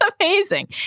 amazing